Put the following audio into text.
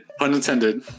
Unintended